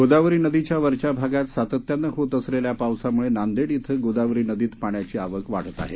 गोदावरी नदीच्या वरच्या भागात सातत्यानं होत असलेल्या पावसामुळे नांदेड इथं गोदावरी नदीत पाण्याची आवक वाढत आहे